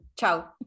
Ciao